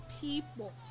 people